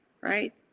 right